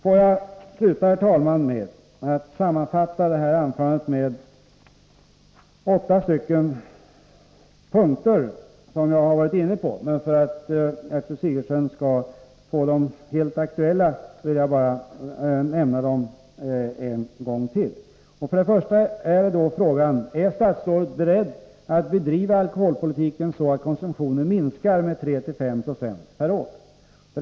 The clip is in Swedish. Får jag, herr talman, sluta med att sammanfatta detta anförande i åtta punkter, som jag varit inne på. För att Gertrud Sigurdsen skall få dem helt aktuella vill jag nämna dem en gång till: 1. Är statsrådet beredd att bedriva alkoholpolitiken så att konsumtionen minskar med 3-5 96 per år? 2.